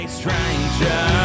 stranger